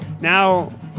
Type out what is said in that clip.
Now